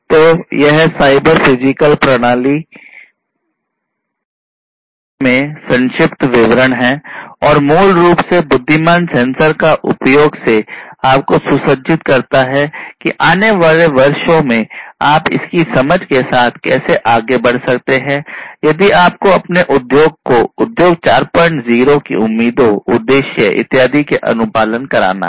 तो यह cyber physical प्रणालियों के बारे में संक्षिप्त विवरण है और मूल रूप से बुद्धिमान सेंसर का उपयोग से आपको सुसज्जित करता है कि आने वाले वर्षों में आप इसकी समझ के साथ कैसे आगे बढ़ सकते हैं यदि आपको अपने उद्योग को उद्योग 40 उम्मीदों उद्देश्य इत्यादि का अनुपालन कराना है